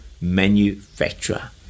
manufacturer